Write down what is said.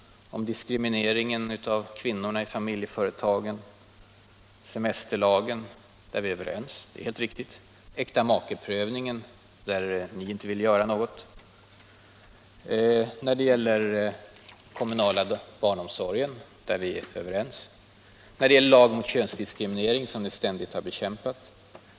Om diskrimineringen av kvinnorna i familjeföretagen. Om semesterlagen är vi överens; det är helt riktigt. Om äktamakeprövningen — där ni inte vill göra någonting. Om den kommunala barnomsorgen — där vi är överens. Lagen om könsdiskriminering — som ni ständigt har bekämpat.